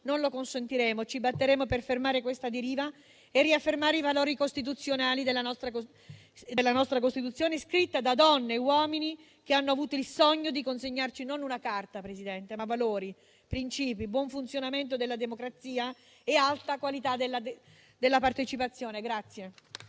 Non lo consentiremo, ci batteremo per fermare questa deriva e riaffermare i valori della nostra Costituzione scritta da donne e uomini che hanno avuto il sogno di consegnarci non una Carta, Presidente, ma valori, principi, buon funzionamento della democrazia e alta qualità della partecipazione.